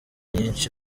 nyinshi